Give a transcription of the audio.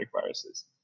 viruses